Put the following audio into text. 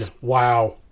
Wow